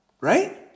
Right